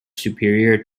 superior